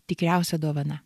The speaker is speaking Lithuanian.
tikriausia dovana